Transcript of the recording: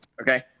Okay